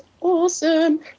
awesome